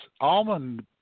almond